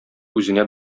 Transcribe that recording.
үзенә